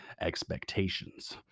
expectations